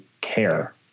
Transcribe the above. care